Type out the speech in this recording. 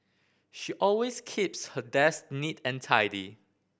she always keeps her desk neat and tidy